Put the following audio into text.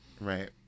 Right